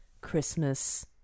Christmas